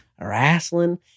wrestling